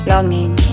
Longing